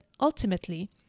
ultimately